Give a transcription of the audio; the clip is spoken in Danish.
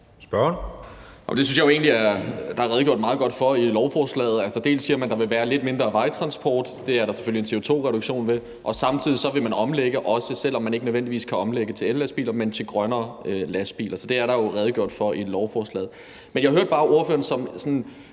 (SF): Det synes jeg jo egentlig der er redegjort meget godt for i lovforslaget. Altså, man siger, der vil være lidt mindre vejtransport. Det er der selvfølgelig en CO2-reduktion ved. Og samtidig vil man omlægge, også selv om man ikke nødvendigvis kan omlægge til ellastbiler, men til grønnere lastbiler. Så det er der jo redegjort for i lovforslaget. Men jeg hørte bare ordføreren sådan